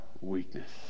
weakness